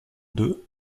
deux